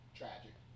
tragic